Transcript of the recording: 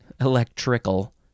electrical